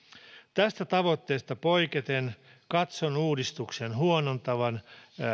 tästä tavoitteesta poiketen katson uudistuksen huonontavan